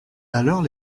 alors